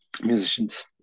musicians